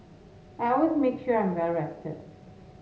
I always make sure I am well rested